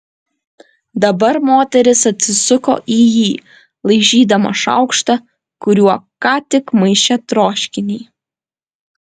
dabar moteris atsisuko į jį laižydama šaukštą kuriuo ką tik maišė troškinį